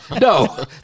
No